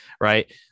Right